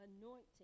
anointing